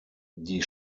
die